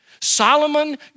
Solomon